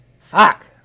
Fuck